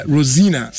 Rosina